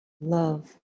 love